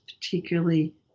particularly